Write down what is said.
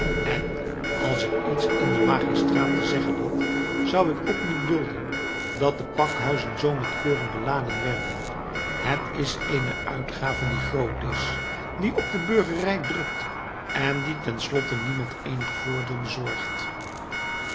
en als ik iets in den magistraat te zeggen had zou ik ook niet dulden dat de pakhuizen zoo met koren beladen werden het is eene uitgave die groot is die op de burgerij drukt en die ten slotte niemand eenig voordeel bezorgt